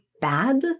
bad